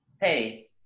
Hey